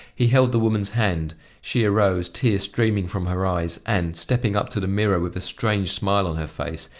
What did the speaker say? he held the woman's hand she arose, tears streaming from her eyes, and, stepping up to the mirror with a strange smile on her face,